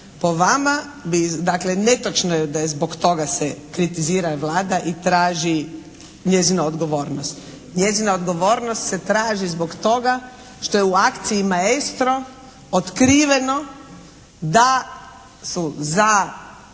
Po vama bi dakle, netočno je da je zbog toga se kritizira Vlada i traži njezina odgovornost. Njezina odgovornost se traži zbog toga što je u akciji "Maestro" otkriveno da su za